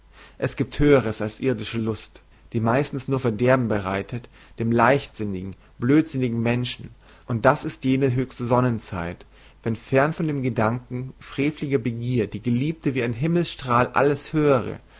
es gibt höheres als irdische lust die meistens nur verderben bereitet dem leichtsinnigen blödsinnigen menschen und das ist jene höchste sonnenzeit wenn fern von dem gedanken freveliger begier die geliebte wie ein himmelsstrahl alles höhere